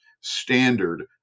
standard